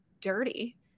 dirty